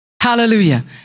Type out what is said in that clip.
Hallelujah